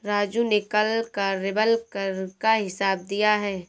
राजू ने कल कार्यबल कर का हिसाब दिया है